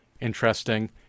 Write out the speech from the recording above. interesting